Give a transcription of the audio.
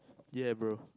ya bro